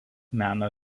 meno